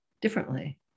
differently